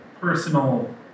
personal